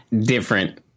different